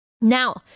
Now